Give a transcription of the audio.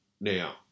Now